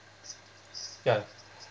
ya